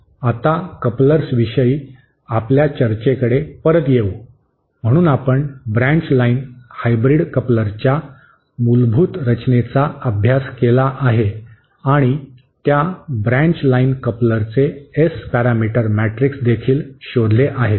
आता कपलर्स विषयी आपल्या चर्चेकडे परत येऊ म्हणून आपण ब्रांच लाइन हायब्रिडच्या कपलरच्या मूलभूत रचनेचा अभ्यास केला आहे आणि त्या ब्रँच लाईन कपलरचे एस पॅरामीटर मॅट्रिक्स देखील शोधले आहेत